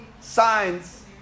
signs